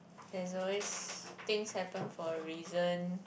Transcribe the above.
there's always things happen for a reason